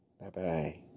Bye-bye